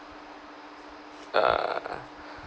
err